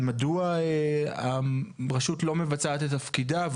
מדוע הרשות לא מבצעת את תפקידה,